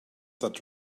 that